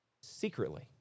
Secretly